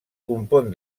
compon